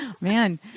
man